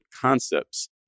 concepts